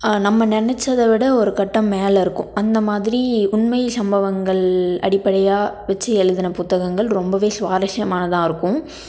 நம்ம நினச்சத விட ஒரு கட்டம் மேலே இருக்கும் அந்த மாதிரி உண்மை சம்பவங்கள் அடிப்படையாக வச்சு எழுதுன புத்தகங்கள் ரொம்பவே சுவாரஸ்யமானதாக இருக்கும்